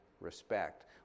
respect